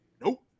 nope